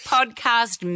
Podcast